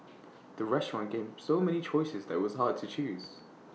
the restaurant gave so many choices that IT was hard to choose